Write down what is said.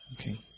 okay